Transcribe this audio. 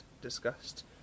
discussed